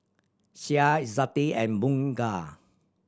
Syah Izzati and Bunga